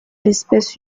l’espèce